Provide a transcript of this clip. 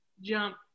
jump